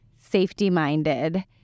safety-minded